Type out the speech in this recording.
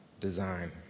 design